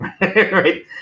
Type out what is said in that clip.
right